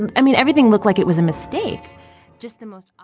and i mean, everything looked like it was a mistake just the most.